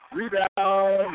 Rebound